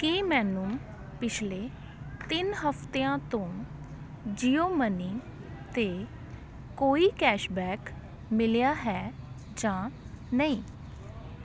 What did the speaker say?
ਕੀ ਮੈਨੂੰ ਪਿਛਲੇ ਤਿੰਨ ਹਫਤਿਆਂ ਤੋਂ ਜੀਓਮਨੀ 'ਤੇ ਕੋਈ ਕੈਸ਼ਬੈਕ ਮਿਲਿਆ ਹੈ ਜਾਂ ਨਹੀਂ